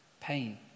pain